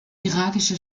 irakische